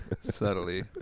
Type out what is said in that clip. subtly